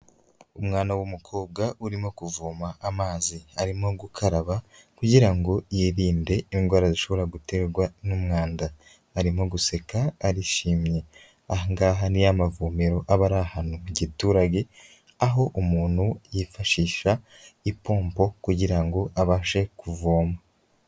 Umwana w'umukobwa urimo kuvoma amazi, arimo gukaraba kugira ngo yirinde indwara zishobora guterwa n'umwanda, arimo guseka arishimye, ahangaha ni ya mavomero aba ari ahantu mu giturage aho umuntu yifashisha ipompo kugirango abashe kuvoma.